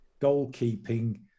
goalkeeping